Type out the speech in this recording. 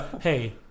hey